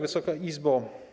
Wysoka Izbo!